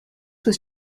was